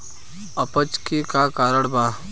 अपच के का कारण बा?